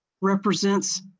represents